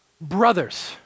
brothers